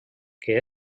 que